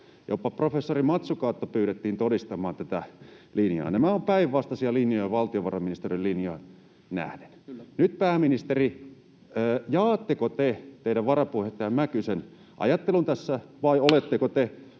Jopa professori Mazzucatoa pyydettiin todistamaan tätä linjaa. Nämä ovat päinvastaisia linjoja valtiovarainministeriön linjoihin nähden. Pääministeri, jaatteko te teidän varapuheenjohtajanne Mäkysen ajattelun tässä, vai oletteko